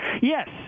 Yes